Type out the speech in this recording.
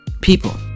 people